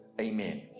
amen